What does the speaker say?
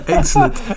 Excellent